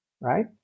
right